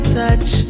touch